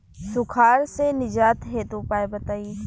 सुखार से निजात हेतु उपाय बताई?